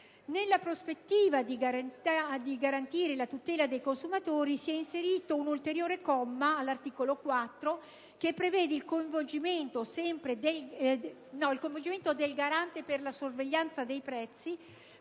Nella prospettiva di garantire la tutela dei consumatori si è inserito un ulteriore comma all'articolo 4, che prevede il coinvolgimento del Garante per la sorveglianza dei prezzi